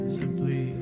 simply